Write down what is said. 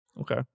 Okay